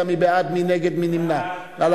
אחד כזה שיש לו 8,000 שקל,